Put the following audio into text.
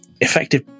effective